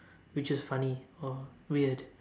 which was funny or weird